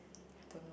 I don't know